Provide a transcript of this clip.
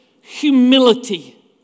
humility